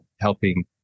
helping